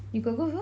you got go before